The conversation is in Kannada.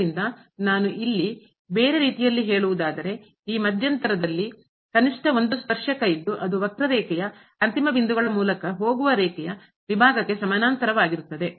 ಆದ್ದರಿಂದ ನಾನು ಇಲ್ಲಿ ಬೇರೆ ರೀತಿಯಲ್ಲಿ ಹೇಳುವುದಾದರೆ ಈ ಮಧ್ಯಂತರದಲ್ಲಿ ಕನಿಷ್ಠ ಒಂದು ಸ್ಪರ್ಶಕ ಇದ್ದು ಅದು ವಕ್ರರೇಖೆಯ ಅಂತಿಮ ಬಿಂದುಗಳ ಮೂಲಕ ಹೋಗುವ ರೇಖೆಯ ವಿಭಾಗಕ್ಕೆ ಸಮಾನಾಂತರವಾಗಿರುತ್ತದೆ